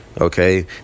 Okay